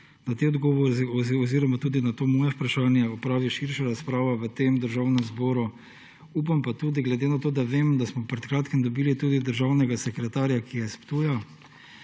na te odgovore oziroma tudi na to moje vprašanje opravi širša razprava v Državnem zboru. Upam pa tudi, glede na to, da vem, da smo pred kratkim dobili tudi državnega sekretarja, ki je s Ptuja,